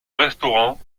restaurant